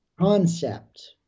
concept